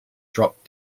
drop